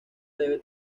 debe